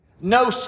No